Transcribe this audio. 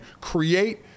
create